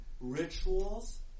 rituals